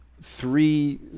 three